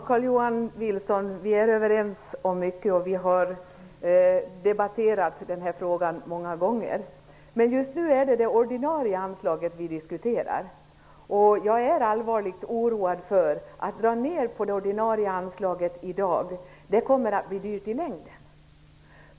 Herr talman! Vi är överens om mycket, och vi har debatterat den här frågan många gånger. Just nu är det det ordinarie anslaget som vi diskuterar. Jag är allvarligt oroad för att man drar ner på det ordinarie anslaget i dag. Det kommer att bli dyrt i längden.